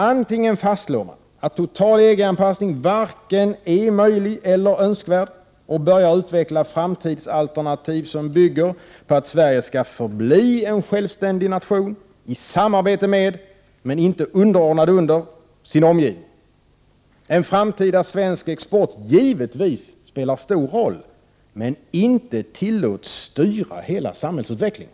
Antingen kan den fastslå att total EG-anpassning varken är möjlig eller önskvärd och börja utveckla framtidsalternativ som bygger på att Sverige skall förbli en självständig nation, i samarbete med men inte underordnad sin omgivning, och att en framtida svensk export givetvis spelar stor roll men inte tillåts styra hela samhällsutvecklingen.